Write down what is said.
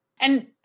And-